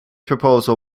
proposal